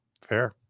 fair